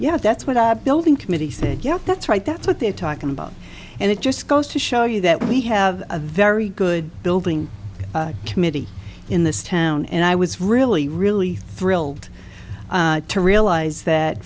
yeah that's what our building committee said yeah that's right that's what they're talking about and it just goes to show you that we have a very good building committee in this town and i was really really thrilled to realize that